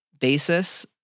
basis